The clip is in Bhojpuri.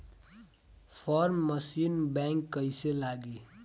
फार्म मशीन बैक कईसे लागी?